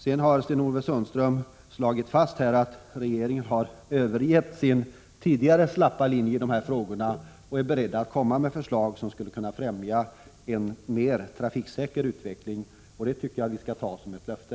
Sedan har Sten-Ove Sundström slagit fast att regeringen har övergett sin tidigare slappa linje i de här frågorna och är beredd att komma med ett förslag som skulle kunna främja en mer trafiksäker utveckling. Det tycker jag att vi skall ta som ett löfte.